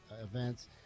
events